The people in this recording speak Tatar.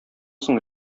соң